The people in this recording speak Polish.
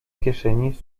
kieszeni